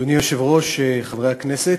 אדוני היושב-ראש, חברי הכנסת,